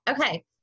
okay